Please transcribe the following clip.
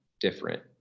different